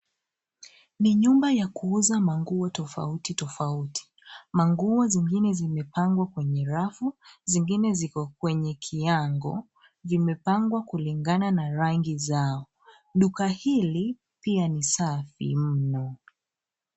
Ni nyumba ya kuuza manguo tofauti tofauti. Manguo zingine zimepangwa kwenye rafu, zingine ziko kwenye kihango. Vimepangwa kulingana na rangi zao. Duka hili pia ni safi mno.